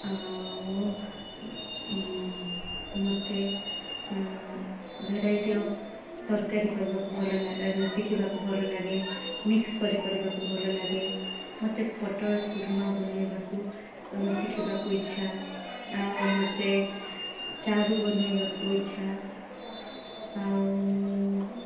ଆଉ ମୋତେ variety of ତରକାରୀ କରିବାକୁ ଭଲ ଲା ଶିଖିବାକୁ ଭଲ ଲାଗେ ମିକ୍ସ କରି କରିବାକୁ ଭଲ ଲାଗେ ମୋତେ ପୋଟଳ କୁର୍ମା ବନାଇବାକୁ ଶିଖିବାକୁ ଇଚ୍ଛା ଆଉ ମୋତେ ଚାରୁ ବନାଇବାକୁ ଇଚ୍ଛା ଆଉ ମୁଁ